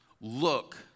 look